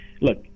look